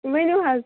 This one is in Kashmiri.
ؤنو حظ